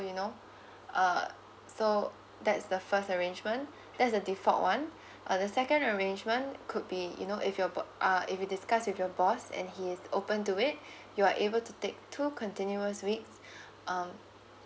you know uh so that's the first arrangement that's a default [one] uh the second arrangement could be you know if your bo~ uh if you discuss with your boss and he is open to it you are able to take two continuous weeks um